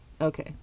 Okay